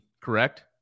correct